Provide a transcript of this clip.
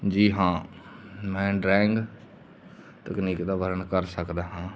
ਜੀ ਹਾਂ ਮੈਂ ਡਰਾਇੰਗ ਤਕਨੀਕ ਦਾ ਵਰਣਨ ਕਰ ਸਕਦਾ ਹਾਂ